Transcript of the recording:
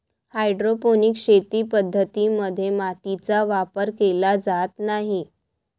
hydroponic शेती पद्धतीं मध्ये मातीचा वापर केला जात नाही